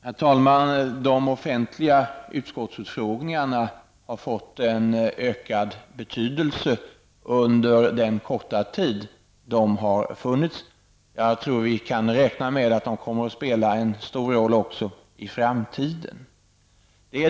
Herr talman! De offentliga utskottsutfrågningarna har fått en ökad betydelse under den korta tid de har funnits. Jag tror att vi kan räkna med att de kommer att spela en stor roll också i framtiden.